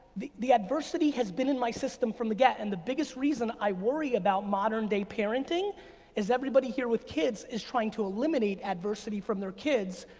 the the adversity has been in my system from the get, and the biggest reason i worry about modern day parenting is everybody here with kids is trying to eliminate adversity from their kids,